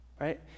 Right